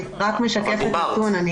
אני רק משקפת נתון.